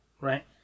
Right